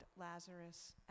Lazarus